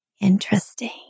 Interesting